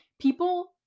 people